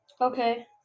Okay